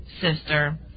sister